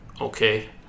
okay